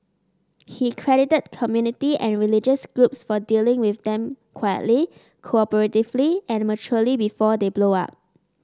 he credited community and religious groups for dealing with them quietly cooperatively and maturely before they blow up